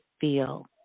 Feel